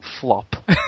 flop